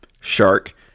shark